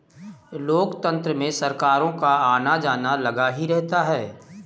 लोकतंत्र में सरकारों का आना जाना लगा ही रहता है